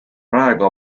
praegu